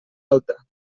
alta